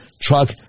truck